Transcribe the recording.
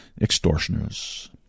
extortioners